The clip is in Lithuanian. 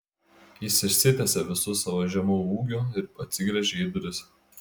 jis išsitiesė visu savo žemu ūgiu ir atsigręžė į duris